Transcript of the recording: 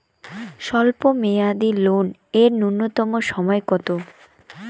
স্বল্প মেয়াদী লোন এর নূন্যতম সময় কতো?